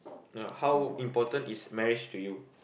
no how important is marriage to you